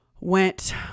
went